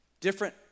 Different